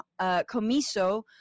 Comiso